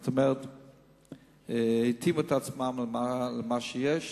זאת אומרת, התאימו את עצמם למה שיש.